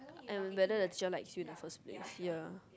and whether the teacher likes you the first place ya